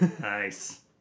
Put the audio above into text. Nice